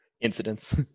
incidents